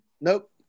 Nope